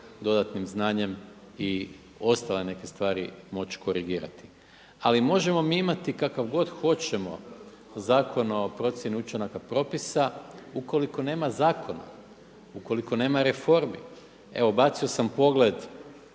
dodatnim znanjem i ostale neke stvari moći korigirati. Ali možemo mi imati kakav god hoćemo Zakon o procjeni učinaka propisa, ukoliko nema zakona, ukoliko nema reformi. Evo bacio sam pogled